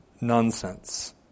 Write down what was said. nonsense